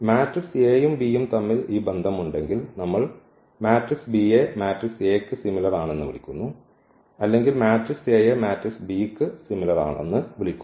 matrix A യും B യും തമ്മിൽ ഈ ബന്ധം ഉണ്ടെങ്കിൽ നമ്മൾ മാട്രിക്സ് B യെ മാട്രിക്സ് A ക്ക് സിമിലർ ആണെന്ന് വിളിക്കുന്നു അല്ലെങ്കിൽ മാട്രിക്സ് A യെ മാട്രിക്സ് B ക്ക് സിമിലർ ആണെന്ന് വിളിക്കുന്നു